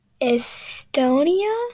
Estonia